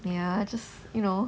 ya just you know